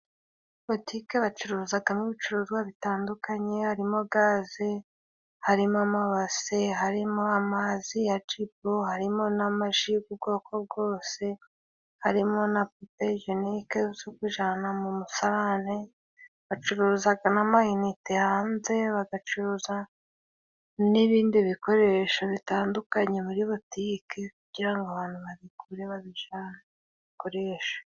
Butike bacuruzamo ibicuruzwa bitandukanye, harimo gaze, harimo amabase, harimo amazi ya Jibu, harimo n'amaji y'ubwoko bwose, harimo na papiye jenike zo kujyana mu musarane, bacuruza n'amayinite hanze, bagacuruza n'ibindi bikoresho bitandukanye muri butike, kugira ngo abantu babigure babijyane babikoreshe.